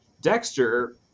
Dexter